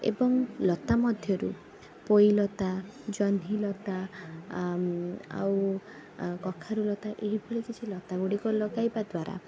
ଏବଂ ଲତା ମଧ୍ୟରୁ ପୋଇଲତା ଜହ୍ନିଲତା ଆମ ଆଉ କଖାରୁଲତା ଏଇଭଳି କିଛି ଲତାଗୁଡ଼ିକ ଲଗାଇବାଦ୍ୱାରା